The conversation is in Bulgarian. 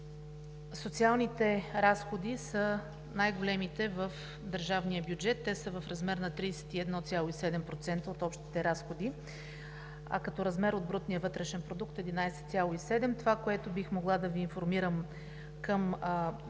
социалните разходи са най-големите в държавния бюджет и те са в размер на 31,7% от общите разходи, а като размер от брутния вътрешен продукт – 11,7%. Това, което бих могла да Ви информирам към